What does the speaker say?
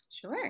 Sure